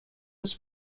was